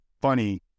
funny